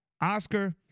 Oscar